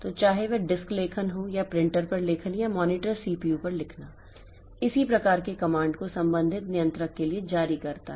तो चाहे वह डिस्क लेखन हो या प्रिंटर पर लेखन या मॉनिटर सीपीयू पर लिखना इसी प्रकार के कमांड को संबंधित नियंत्रक के लिए जारी करता है